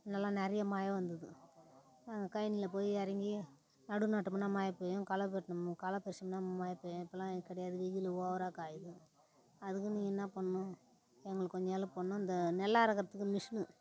முன்னெல்லாம் நிறைய மழை வந்தது கழனில போய் இறங்கி நடு நட்டோம்னால் மழை பெய்யும் களை வெட்டணும்மு களை பறிச்சோம்னால் மழை பெய்யும் இப்போல்லாம் அது கிடையாது வெயில் ஓவராக காயுது அதுக்கு நீங்கள் என்னா பண்ணணும் எங்களுக்கு கொஞ்சம் ஹெல்ப் பண்ணணும் இந்த நெல் அறுக்கறதுக்கு மிஷினு